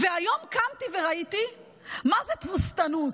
והיום קמתי וראיתי מה זו תבוסתנות.